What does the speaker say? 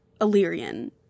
Illyrian